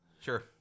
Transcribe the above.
sure